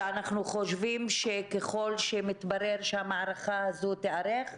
אנחנו חושבים שככל שמתברר שהמערכה הזאת תיארך,